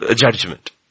judgment